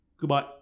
Goodbye